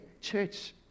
church